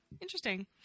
Interesting